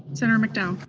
senator mcdowell?